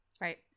right